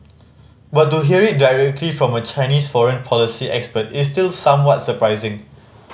but to hear it directly from a Chinese foreign policy expert is still somewhat surprising